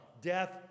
Death